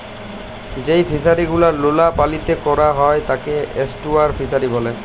যেই ফিশারি গুলো লোলা পালিতে ক্যরা হ্যয় তাকে এস্টুয়ারই ফিসারী ব্যলে